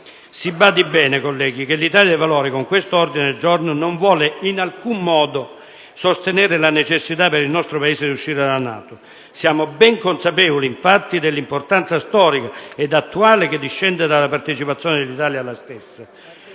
Si badi bene, colleghi, che l'Italia dei Valori con questo ordine del giorno non vuole in alcun modo sostenere la necessità per il nostro Paese di uscire dalla NATO. Siamo ben consapevoli, infatti, dell'importanza storica ed attuale che discende dalla partecipazione dell'Italia alla stessa.